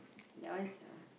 that one is the